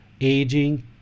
aging